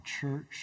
church